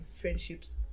friendships